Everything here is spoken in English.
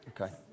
Okay